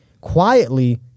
quietly